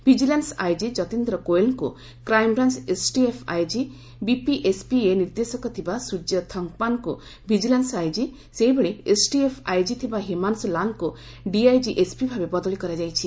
vigilance IG Jatindra କୋଏଲଙ୍କୁ crime branch STF IG BPSPA ନିର୍ଦ୍ଦେଶକ ଥିବା ସ୍ର୍ଯ୍ୟ ଥଙ୍କପାନଙ୍କୁ ଭିଜିଲାନ୍ ଆଇଜି ସେହିଭଳି ଏସ୍ଟିଏଫ୍ ଆଇଜି ଥିବା ହିମାଂଶୁ ଲାଲ୍ଙ୍କୁ ଡିଆଇଜି ଏସ୍ପି ଭାବେ ବଦଳି କରାଯାଇଛି